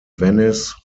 venice